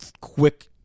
Quick